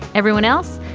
everyone else,